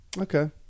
Okay